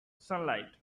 sunlight